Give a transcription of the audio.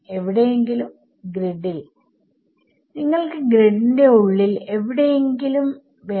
എവിടെയെങ്കിലും വിദ്യാർത്ഥി ഗ്രിഡിൽ നിങ്ങൾക്ക് ഗ്രിഡിന്റെ ഉള്ളിൽ എവിടെയെങ്കിലും വേണം